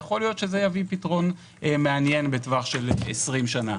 יכול להיות שזה יביא פתרון מעניין בטווח של 20 שנה.